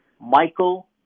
Michael